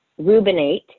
rubinate